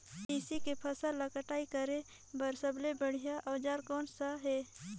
तेसी के फसल ला कटाई करे बार सबले बढ़िया औजार कोन सा हे?